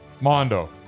Mondo